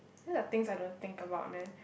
these are things I don't think about man